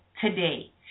today